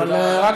תודה רבה.